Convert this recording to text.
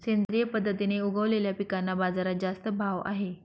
सेंद्रिय पद्धतीने उगवलेल्या पिकांना बाजारात जास्त भाव आहे